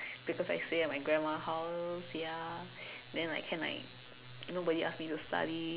because I stay at my grandma house ya then like can like nobody ask me to study